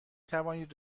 توانید